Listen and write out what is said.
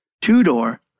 two-door